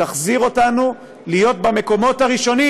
תחזיר אותנו להיות במקומות הראשונים